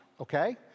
okay